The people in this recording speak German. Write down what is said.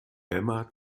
emma